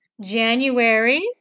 January